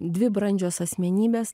dvi brandžios asmenybės